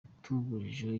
yatugejejeho